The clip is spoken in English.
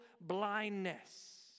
blindness